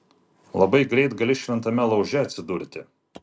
labai greit gali šventame lauže atsidurti